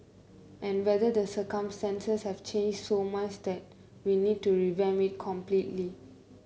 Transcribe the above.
and whether the circumstances have changed so much that we need to revamp it completely